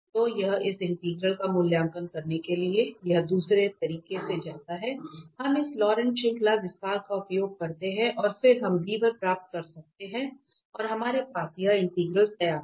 तो यह इस इंटीग्रल का मूल्यांकन करने के लिए यह दूसरे तरीके से जाते है हम इस लॉरेंट श्रृंखला विस्तार का उपयोग करते हैं और फिर हम प्राप्त कर सकते हैं और हमारे पास यह इंटीग्रल तैयार है